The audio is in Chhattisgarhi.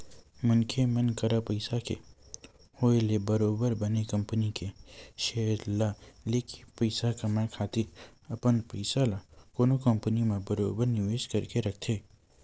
मनखे मन करा पइसा के होय ले बरोबर बने कंपनी के सेयर ल लेके पइसा कमाए खातिर अपन पइसा ल कोनो कंपनी म बरोबर निवेस करके रखथे